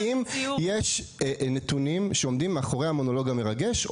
האם יש נתונים שעומדים מאחורי המונולוג המרגש,